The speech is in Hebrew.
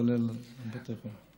כולל של קופות חולים.